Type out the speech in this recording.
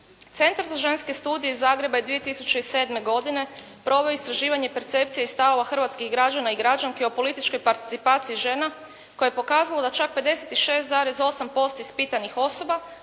Centar za ženske studije iz Zagreba je 2007. godine proveo istraživanje percepcije i stavova hrvatskih građana i građanki o političkoj participaciji žena koja je pokazala da čak 56,8% ispitanih osoba